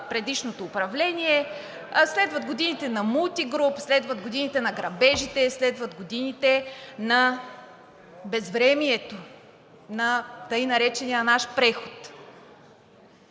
предишното управление, следват годините на „Мултигруп“, следват годините на грабежите, следват годините на безвремието, на така наречения наш преход.